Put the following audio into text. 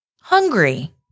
hungry